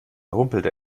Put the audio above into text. rumpelte